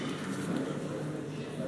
(שותק)